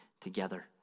together